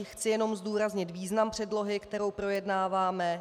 Chci jenom zdůraznit význam předlohy, kterou projednáváme.